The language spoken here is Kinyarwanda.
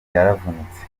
yaravunitse